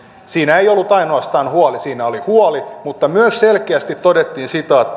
siinä ei ollut ainoastaan huoli vaan myös selkeästi todettiin